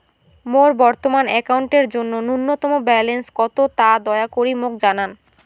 মোর বর্তমান অ্যাকাউন্টের জন্য ন্যূনতম ব্যালেন্স কত তা দয়া করি মোক জানান